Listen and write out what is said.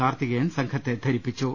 കാർത്തികേയൻ സംഘത്തെ ധ രിപ്പിച്ചു